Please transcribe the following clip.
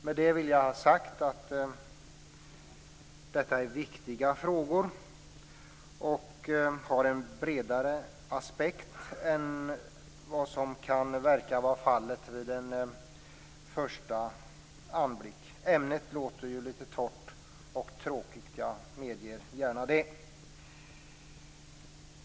Med detta vill jag ha sagt att detta är viktiga frågor, och de har en bredare aspekt än vad som kan verka vara fallet vid en första anblick. Ämnet låter ju litet torrt och tråkigt - jag medger gärna det.